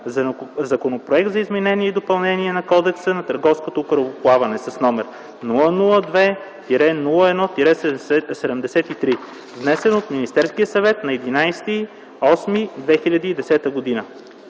Законопроект за изменение и допълнение на Кодекса на търговското корабоплаване, № 002-01-73, внесен от Министерски съвет на 11 август 2010 г.”